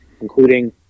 including